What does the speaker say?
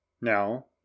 Now